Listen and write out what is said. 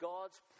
God's